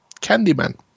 Candyman